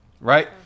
right